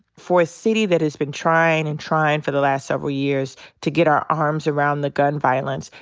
for a city that has been trying and trying for the last several years to get our arms around the gun violence,